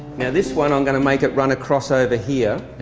now this one i'm going to make it run across over here,